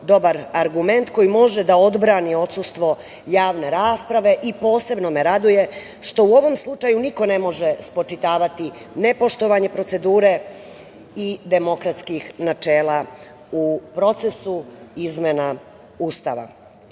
dobar argument koji može da odbrani odsustvo javne rasprave. Posebno me raduje što u ovom slučaju niko ne može spočitavati nepoštovanje procedure i demokratskih načela u procesu izmena Ustava. Kao